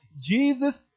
Jesus